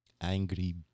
Angry